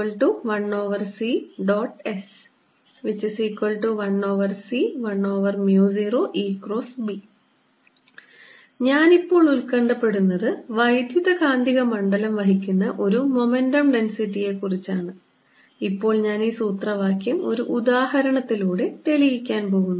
S1c10EB ഞാൻ ഇപ്പോൾ ഉത്കണ്ഠപ്പെടുന്നത് വൈദ്യുതകാന്തിക മണ്ഡലം വഹിക്കുന്ന ഒരു മൊമെന്റം ഡെൻസിറ്റിയെക്കുറിച്ചാണ് ഇപ്പോൾ ഞാൻ ഈ സൂത്രവാക്യം ഒരു ഉദാഹരണത്തിലൂടെ തെളിയിക്കാൻ പോകുന്നു